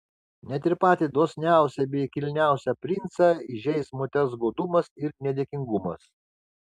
net ir patį dosniausią bei kilniausią princą įžeis moters godumas ir nedėkingumas